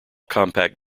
compact